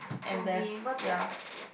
to be able to escape